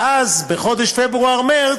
ואז בחודש פברואר-מרס